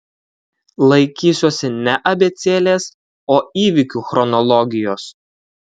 laikysiuosi ne abėcėlės o įvykių chronologijos